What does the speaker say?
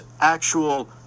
actual